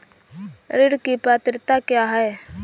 ऋण की पात्रता क्या है?